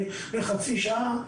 בשבוע.